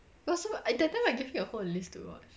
cause so m~ I that time I gave you a whole list to watch